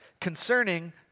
concerning